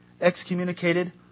excommunicated